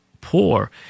poor